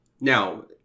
Now